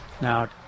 Now